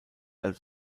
als